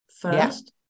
first